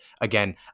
again